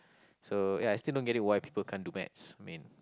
so ya I still don't get it why people can't do maths I mean